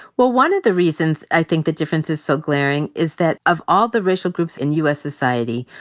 well, one of the reasons i think the difference is so glaring is that of all the racial groups in u. s. society,